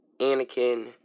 Anakin